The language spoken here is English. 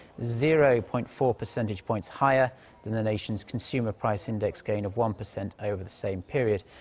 zero-point-four percentage points higher than the nation's consumer price index gain of one-percent over the same period.